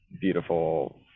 beautiful